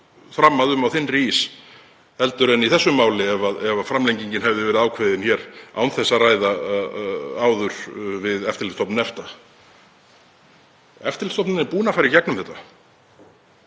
þrammað um á þynnri ís en í þessu máli ef framlengingin hefði verið ákveðin hér án þess að ræða áður við Eftirlitsstofnun EFTA. Eftirlitsstofnunin er búin að fara í gegnum þetta,